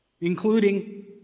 including